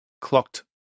clocked